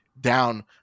down